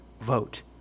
vote